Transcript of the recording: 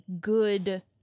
good